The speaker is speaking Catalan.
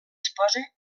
esposa